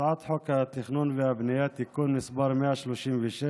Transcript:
הצעת חוק התכנון והבנייה (תיקון מס' 136)